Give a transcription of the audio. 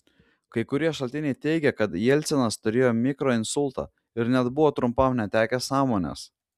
kai kurie šaltiniai teigia kad jelcinas turėjo mikroinsultą ir net buvo trumpam netekęs sąmonės